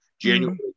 January